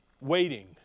Waiting